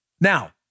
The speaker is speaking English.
Now